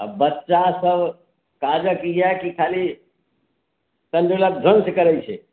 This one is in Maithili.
आ बच्चा सब काजक यऽ कि खाली तण्डुलक भोज करैत छै